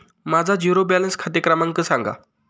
माझा zero balance खाते क्रमांक सांगा